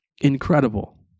incredible